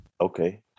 Okay